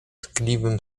tkliwym